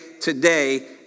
today